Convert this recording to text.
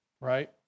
right